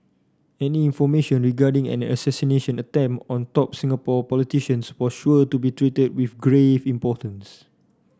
any information regarding an assassination attempt on top Singapore politicians was sure to be treated with grave importance